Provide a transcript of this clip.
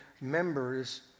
members